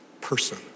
person